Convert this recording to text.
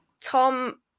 Tom